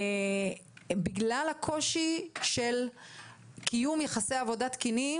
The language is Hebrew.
בגלל הקושי של קיום יחסי עבודה תקינים